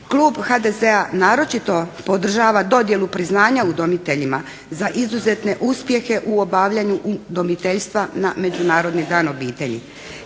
Klub HDZ-a naročito podržava dodjelu priznanja udomiteljima za izuzetne uspjehe u obavljanju udomiteljstva na Međunarodni dan obitelji.